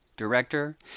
Director